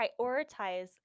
prioritize